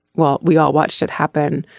well we all watched it happen.